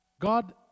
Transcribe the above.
God